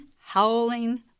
howling